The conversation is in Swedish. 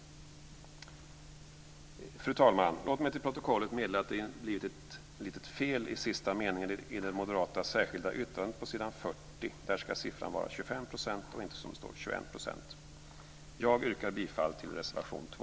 Fru talman! Låt mig till protokollet meddela att det har blivit ett litet fel i sista meningen i det moderata särskilda yttrandet på s. 40. Där ska siffran vara 25 % och inte, som det står, 21 %. Jag yrkar bifall till reservation 2.